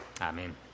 Amen